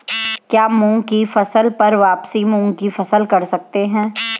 क्या मूंग की फसल पर वापिस मूंग की फसल कर सकते हैं?